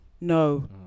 no